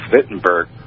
Wittenberg